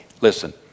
Listen